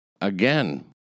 again